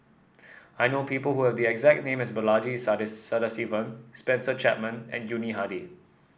I know people who have the exact name as Balaji Sadasivan Spencer Chapman and Yuni Hadi